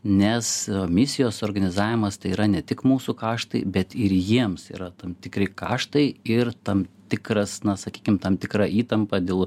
nes misijos organizavimas tai yra ne tik mūsų kraštui bet ir jiems yra tam tikri kaštai ir tam tikras na sakykim tam tikra įtampa dėl